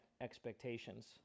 expectations